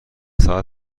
ساعت